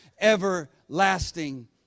everlasting